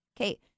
Okay